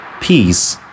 Peace